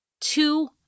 two